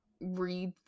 read